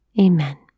Amen